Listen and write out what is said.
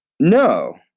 No